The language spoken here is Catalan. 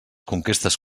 conquestes